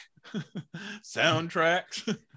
soundtracks